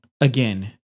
Again